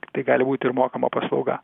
tiktai gali būti ir mokama paslauga